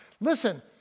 Listen